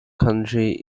country